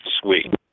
sweet